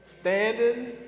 Standing